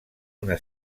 una